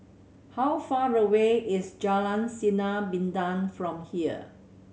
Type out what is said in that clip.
how far away is Jalan Sinar Bintang from here